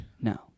No